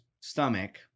stomach